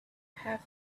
have